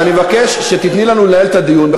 אני מבקש שתיתני לנו לנהל את הדיון.